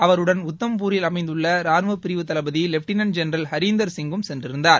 அவருடன் உத்தம்பூரில் அமைந்துள்ளரானுவப்பிரிவு தளபதிலெப்டினென்ட் ஜெனரல் ஹரிந்தர் சிங்கும் சென்றிருந்தார்